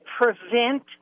prevent